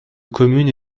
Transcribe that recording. communes